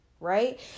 right